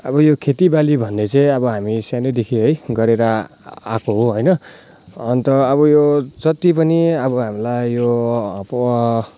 अब यो खेती बाली भन्ने चाहिँ अब हामी सानैदेखि है गरेर आएको हो होइन अन्त अब यो जतिपनि अब हामीलाई यो